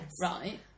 Right